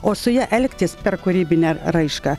o su ja elgtis per kūrybinę raišką